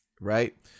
Right